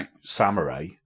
samurai